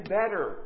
better